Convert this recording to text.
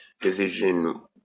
division